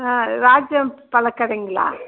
Rajam பழக்கடைங்களா